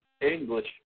English